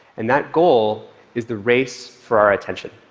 and that goal is the race for our attention.